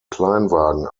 kleinwagen